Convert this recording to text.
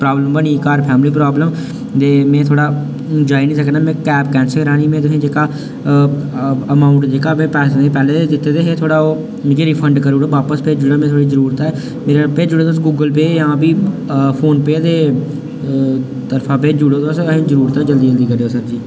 problem बनी घर family problem ते में थोह्ड़ा जाई निं सकना में कैब कैंसल करानी में तु'सें गी जेह्का अमाउंट जेह्का में पैसे पैह्ले दे दित्ते दे हे थोह्ड़ा मिगी ओह् रिफंड करी ओड़ो बापस भेजी ओड़ो मीं थोह्ड़ी जरूरत ऐ फिर भेजुड़ो तुस गूगल पेऽ या प्ही फोन पेऽ दे तरफां भेजी ओड़ो तुस जरूरत ऐ जल्दी जल्दी करेओ सर जी